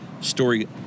story